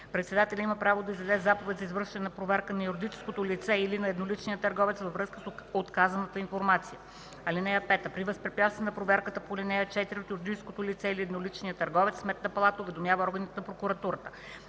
председателят има право да издаде заповед за извършване на проверка на юридическото лице или на едноличния търговец във връзка с отказаната информация. (5) При възпрепятстване на проверката по ал. 4 от юридическото лице или от едноличния търговец Сметната палата уведомява органите на прокуратурата.